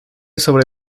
sobre